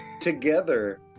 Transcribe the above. together